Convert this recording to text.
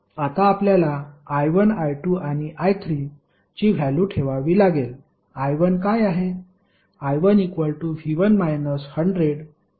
आता आपल्याला I1 I2 आणि I3 ची व्हॅल्यू ठेवावी लागेल I1 काय आहे